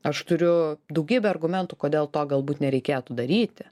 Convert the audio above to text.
aš turiu daugybę argumentų kodėl to galbūt nereikėtų daryti